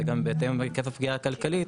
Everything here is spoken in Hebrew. ובהתאם היקף הפגיעה הכלכלית,